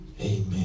Amen